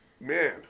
man